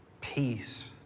peace